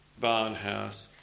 Barnhouse